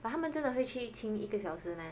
but 他们真的会去听一个小 meh